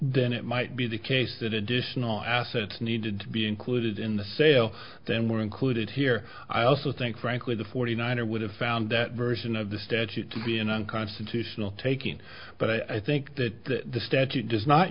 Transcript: then it might be the case that additional assets needed to be included in the sale then were included here i also think frankly the forty nine or would have found that version of the statute to be an unconstitutional taking but i think that the statute does not